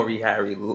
Harry